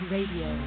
Radio